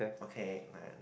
okay man